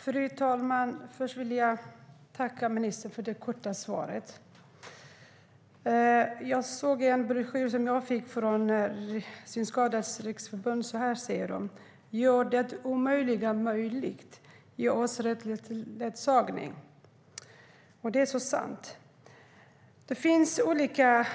Fru talman! Först vill jag tacka ministern för det korta svaret. I en broschyr som jag fick från Synskadades Riksförbund säger de: Gör det omöjliga möjligt - ge oss rätt till ledsagning! Det är så sant. Det finns olika